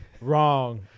wrong